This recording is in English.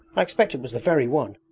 i expect it was the very one!